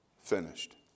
Finished